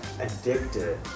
addicted